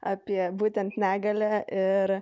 apie būtent negalią ir